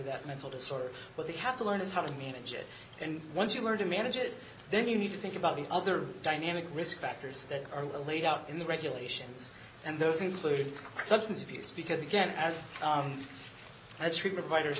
that mental disorder but they have to learn is how to manage it and once you learn to manage it then you need to think about the other dynamic risk factors that are laid out in the regulations and those include substance abuse because again as long as treatment writer